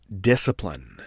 discipline